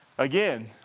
Again